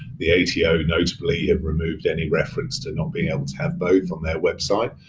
the ato notably have removed any reference to not being able to have both on their website.